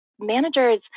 managers